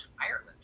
Ireland